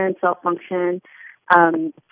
self-function